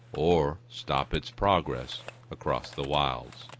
or stop its progress across the wilds.